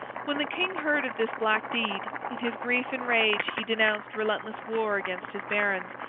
when the king heard of this black deed, in his grief and rage he denounced relentless war against his barons,